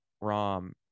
Rom –